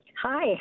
Hi